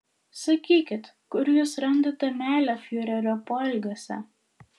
sakykit kur jūs randate meilę fiurerio poelgiuose